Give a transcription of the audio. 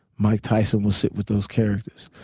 mike tyson will sit with those characters.